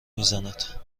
میزند